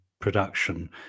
production